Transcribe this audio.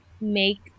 make